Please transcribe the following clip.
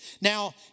Now